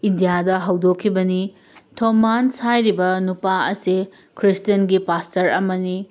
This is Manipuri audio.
ꯏꯟꯗꯤꯌꯥꯗ ꯍꯧꯗꯣꯛꯈꯤꯕꯅꯤ ꯊꯣꯃꯥꯟꯁ ꯍꯥꯏꯔꯤꯕ ꯅꯨꯄꯥ ꯑꯁꯦ ꯈ꯭ꯔꯤꯁꯇꯤꯌꯥꯟꯒꯤ ꯄꯥꯁꯇꯔ ꯑꯃꯅꯤ